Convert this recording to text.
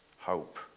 hope